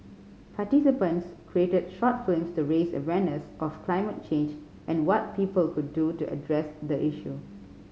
participants created short flames to raise awareness of climate change and what people could do to address the issue